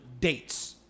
dates